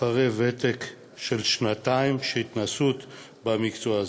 אחרי ותק של שנתיים של התנסות במקצוע הזה.